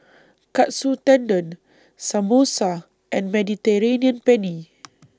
Katsu Tendon Samosa and Mediterranean Penne